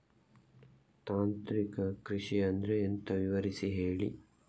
ತಾಂತ್ರಿಕ ಕೃಷಿ ಅಂದ್ರೆ ಎಂತ ವಿವರಿಸಿ ಹೇಳಿ